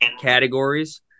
categories